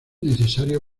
necesario